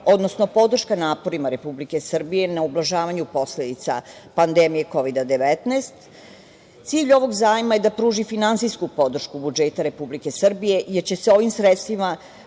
odnosno podrška naporima Republike Srbije na ublažavanju posledica pandemije Kovida-19. Cilj ovog zajma je da pruži finansijsku podršku budžeta Republike Srbije, jer će se ovim sredstvima